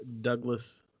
Douglas